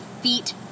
feet